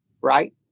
right